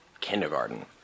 kindergarten